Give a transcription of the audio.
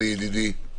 אלי ידידי,